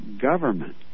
government